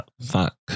Fuck